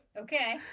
Okay